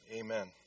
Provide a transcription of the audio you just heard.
Amen